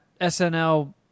SNL